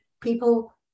people